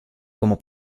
como